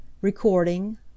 Recording